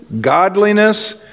godliness